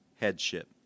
headship